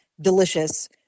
delicious